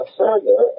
further